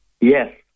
Yes